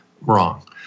wrong